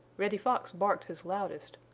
reddy fox barked his loudest.